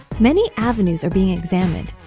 many avenues are being examined,